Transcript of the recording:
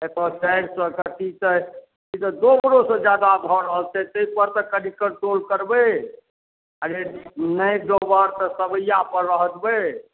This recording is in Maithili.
एतऽ चारि सए कथी कऽ ई तऽ दोबरोसँ जादा भऽ रहल छै ताहि पर तऽ कनि कण्ट्रोल करबै आ जे नहि दोबर तऽ सवैआ पर रहऽ देबै